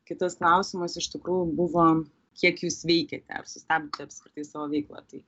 kitas klausimas iš tikrųjų buvom kiek jūs veikėte ar sustabdėte apskritai savo veiklą tai